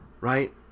Right